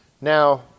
Now